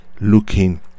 looking